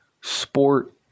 sport